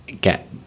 get